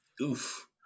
Oof